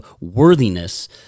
worthiness